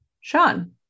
Sean